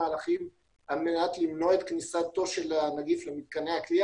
על מנת למנוע את כניסתו של הנגיף למתקני הכליאה.